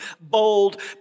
bold